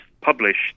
published